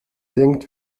denkt